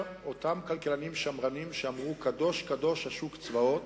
אותם כלכלנים שמרנים אמרו: קדוש קדוש השוק צבאות,